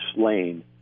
slain